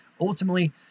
ultimately